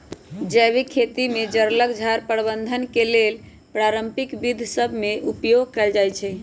जैविक खेती में जङगल झार प्रबंधन के लेल पारंपरिक विद्ध सभ में उपयोग कएल जाइ छइ